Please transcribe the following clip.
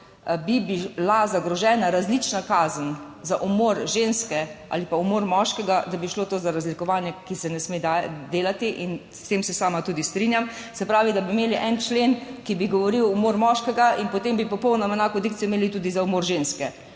bi bila zagrožena različna kazen za umor ženske ali pa umor moškega, da bi šlo za razlikovanje, ki se ne sme delati, s tem se tudi sama strinjam, se pravi, da bi imeli en člen, ki bi govoril o umoru moškega in potem bi imeli popolnoma enako dikcijo tudi za umor ženske,